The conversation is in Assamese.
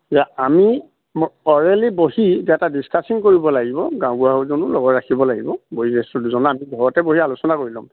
এতিয়া আমি অৰেলি বহি এতিয়া এটা ডিছকাশ্য়ন কৰিব লাগিব গাঁও বুঢ়াজনো লগত ৰাখিব লাগিব বয়সজেষ্ঠ দুজনো আমি ঘৰতে বহি আলোচনা কৰি ল'ম